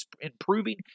improving